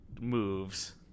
moves